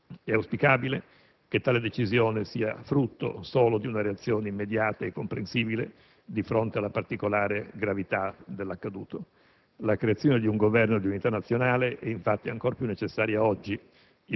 È auspicabile che tale decisione sia frutto solo di una reazione immediata e comprensibile di fronte alla particolare gravità dell'accaduto. La creazione di un Governo di unità nazionale è infatti ancor più necessaria oggi,